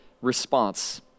response